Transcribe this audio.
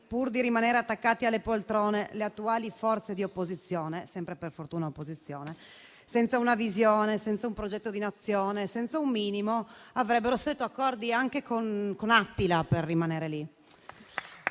pur di rimanere attaccati alle poltrone, le attuali forze di opposizione - sempre per fortuna opposizione - senza una visione senza un progetto di Nazione, senza un minimo, avrebbero stretto accordi anche con Attila per rimanere lì.